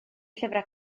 llyfrau